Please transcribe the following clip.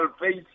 face